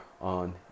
on